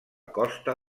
costa